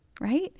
right